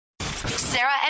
Sarah